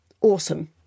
awesome